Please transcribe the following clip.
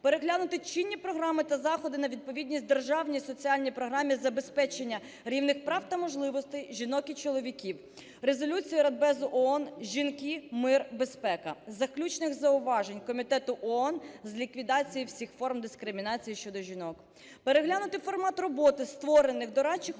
переглянути чинні програми та заходи на відповідність Державній соціальній програмі забезпечення рівних прав та можливостей жінок і чоловіків, Резолюції Радбезу ООН "Жінки, мир, безпека", заключних зауважень Комітету ООН з ліквідації всіх форм дискримінації щодо жінок. Переглянути формат роботи створених дорадчих